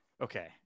Okay